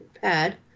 pad